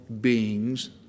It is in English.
beings